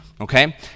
Okay